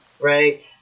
right